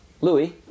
Louis